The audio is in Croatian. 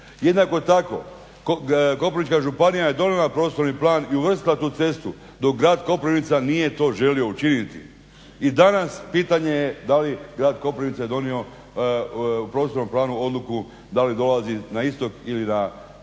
Jednako tako Koprivnička županija je donijela prostorni plan i uvrstila tu cestu dok grad Koprivnica nije to želio učiniti. I danas pitanje da li grad Koprivnica je donio u Prostornom planu odluku da li dolazi na istok ili na sjever